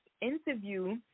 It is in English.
interview